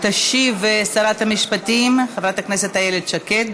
תשיב שרת המשפטים חברת הכנסת איילת שקד.